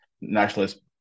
nationalist